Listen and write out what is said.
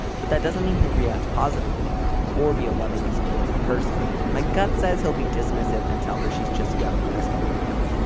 but that doesn't mean he'll react positively or be a loving and supportive person. my gut says he'll be dismissive and tell her she's just young and doesn't really know.